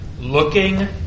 looking